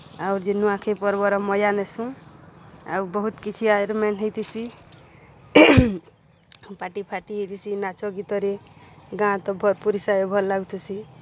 ଆଉ ଯେ ନୂଆଖାଇ ପର୍ବର ମଜା ନେସୁଁ ଆଉ ବହୁତ୍ କିଛି ଆରେଞ୍ଜ୍ମେଣ୍ଟ୍ ହେଇଥିସି ପାର୍ଟି ଫାଟି ହେଇଥିସି ନାଚ ଗୀତରେ ଗାଁ ତ ଭରପୁର ହିସାବେ ଭଲ୍ ଲାଗୁଥିସି